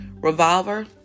revolver